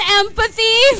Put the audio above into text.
empathy